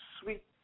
sweet